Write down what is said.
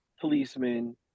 policemen